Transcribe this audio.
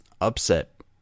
upset